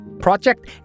project